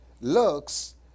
looks